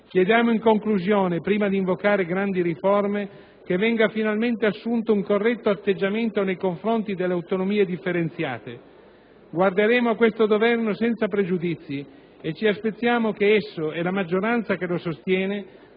Chiediamo in conclusione, prima di invocare grandi riforme, che venga finalmente assunto un corretto atteggiamento nei confronti delle autonomie differenziate. Guarderemo a questo Governo senza pregiudizi e ci aspettiamo che esso e la maggioranza che lo sostiene,